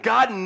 God